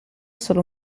solo